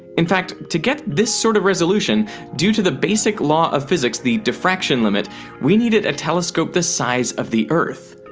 in fact to get this sort of resolution due to the basic law of physics the diffraction limit we needed a telescope the size of the earth.